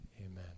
Amen